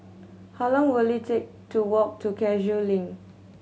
how long will it take to walk to Cashew Link